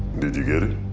did you get it?